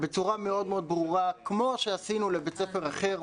בצורה מאוד מאוד ברורה, כמו שעשינו לבית ספר אחר,